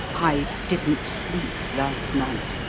i didn't sleep last night.